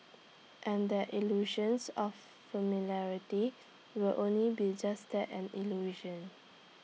and that illusions of familiarity will only be just that an illusion